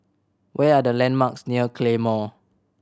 what are the landmarks near Claymore